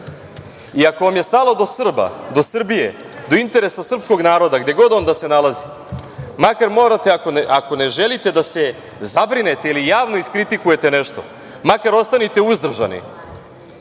I ako vam je stalo do Srba, do Srbije, do interesa srpskog naroda, gde god on da se nalazi, makar morate, ako ne želite da se zabrinete ili javno iskritikujete nešto, makar ostanite uzdržani